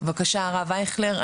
בבקשה הרב אייכלר,